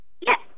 Yes